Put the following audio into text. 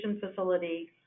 facility